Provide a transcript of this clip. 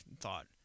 thought